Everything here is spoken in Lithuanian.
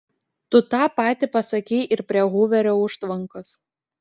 tu tą patį pasakei ir prie huverio užtvankos